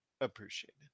appreciated